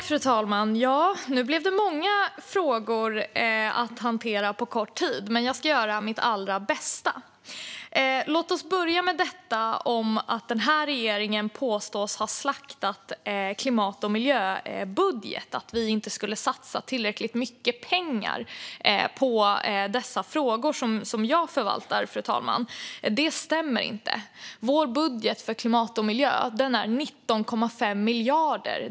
Fru talman! Nu blev det många frågor att hantera på kort tid, men jag ska göra mitt allra bästa. Låt oss börja med att den här regeringen påstås ha slaktat klimat och miljöbudgeten och inte skulle satsa tillräckligt mycket pengar på de frågor som jag förvaltar, fru talman. Det stämmer inte. Vår budget för klimat och miljö är 19,5 miljarder.